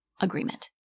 agreement